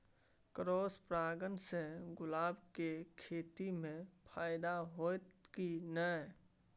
Cross परागण से गुलाब के खेती म फायदा होयत की नय?